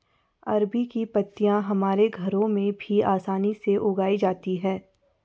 अरबी की पत्तियां हमारे घरों में भी आसानी से उगाई जाती हैं